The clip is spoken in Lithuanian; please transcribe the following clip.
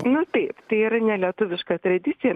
nu taip tai yra nelietuviška tradicija